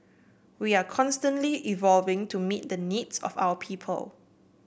we are constantly evolving to meet the needs of our people